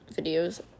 videos